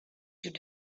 would